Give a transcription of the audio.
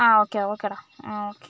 ആ ഓക്കെ ഓക്കെടാ ആ ഓക്കെ